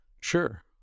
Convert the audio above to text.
Sure